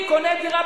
מצוקת דיור,